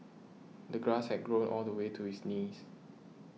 the grass had grown all the way to his knees